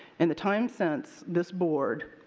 in the time since this board,